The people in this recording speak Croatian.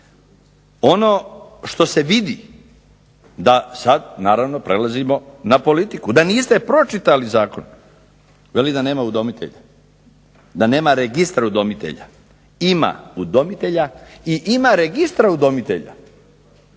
Ono što se vidi, sad naravno prelazimo na politiku, da niste pročitali zakon veli da nema udomitelja, da nema registra udomitelja. Ima udomitelja i ima registra udomitelja.